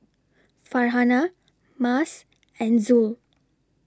Farhanah Mas and Zul